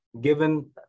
given